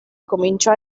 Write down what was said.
cominciò